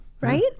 right